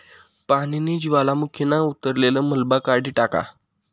पानीनी ज्वालामुखीना उतरलेल मलबा काढी टाका